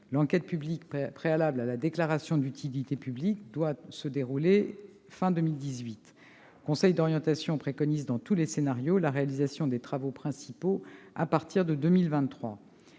L'enquête publique préalable à la déclaration d'utilité publique doit se dérouler à la fin de cette année. Le Conseil préconise, dans tous les scénarios, la réalisation des travaux principaux à partir de 2023.